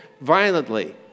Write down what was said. violently